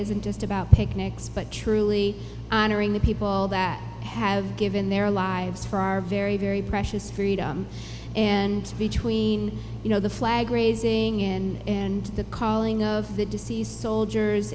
isn't just about picnics but truly honoring the people that have given their lives for our very very precious freedom and between you know the flag raising in and the calling of the deceased soldiers